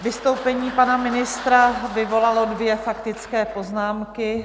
Vystoupení pana ministra vyvolalo dvě faktické poznámky.